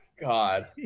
God